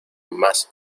más